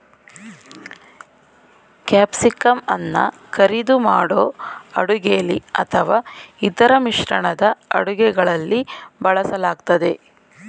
ಕ್ಯಾಪ್ಸಿಕಂಅನ್ನ ಕರಿದು ಮಾಡೋ ಅಡುಗೆಲಿ ಅಥವಾ ಇತರ ಮಿಶ್ರಣದ ಅಡುಗೆಗಳಲ್ಲಿ ಬಳಸಲಾಗ್ತದೆ